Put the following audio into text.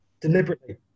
deliberately